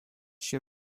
się